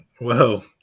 whoa